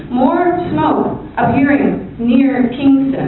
more smoke appearing near kingston,